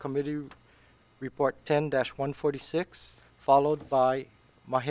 committee report turned one forty six followed by my